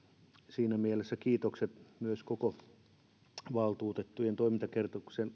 siinä mielessä kiitokset myös koko valtuutettujen toimintakertomuksen